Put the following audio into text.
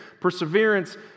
perseverance